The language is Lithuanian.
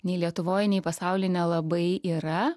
nei lietuvoj nei pasauly nelabai yra